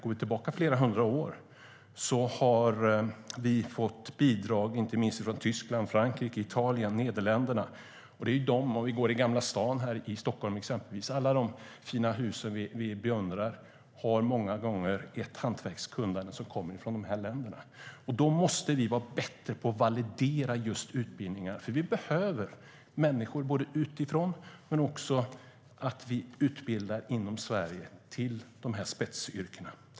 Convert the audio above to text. Går vi tillbaka flera hundra år i tiden kan vi se att vi har fått bidrag inte minst från Tyskland, Frankrike, Italien och Nederländerna. Många av de fina hus vi beundrar här i Gamla stan i Stockholm är byggda med hantverkskunnande som kommer från de här länderna. Vi måste vara bättre på att validera utbildningar, för vi behöver människor utifrån, och vi behöver också inom Sverige utbilda personer för dessa spetsyrken.